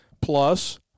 Plus